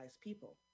people